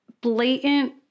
blatant